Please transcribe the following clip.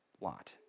lot